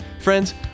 Friends